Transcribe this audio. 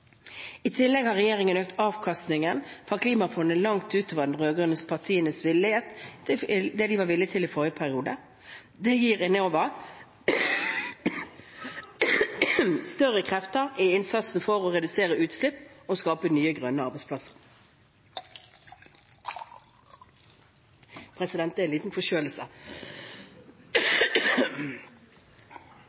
I tillegg har regjeringen økt avkastningen fra Klimafondet langt utover hva de rød-grønne partiene var villige til i forrige periode. Det gir Enova større krefter i innsatsen for å redusere utslipp og skape nye, grønne arbeidsplasser. President, det er en liten